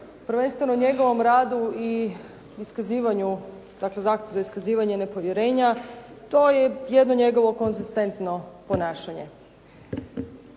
prvenstveno njegovom radu i iskazivanju, dakle zahtjev za iskazivanje nepovjerenja, to je jedno njegovo konzistentno ponašanje.